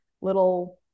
little